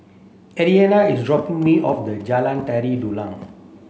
Ariana is dropping me off the Jalan Tari Dulang